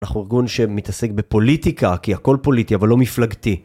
אנחנו ארגון שמתעסק בפוליטיקה, כי הכל פוליטי, אבל לא מפלגתי.